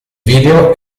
video